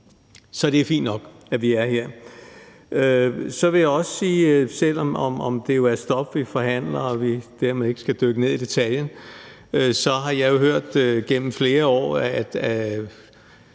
Så det er fint nok, at vi er her. Så vil jeg også sige, selv om det er stof, vi forhandler nu, og vi dermed ikke skal dykke ned i detaljen, at jeg har hørt gennem flere år, at